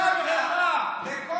בושה וחרפה.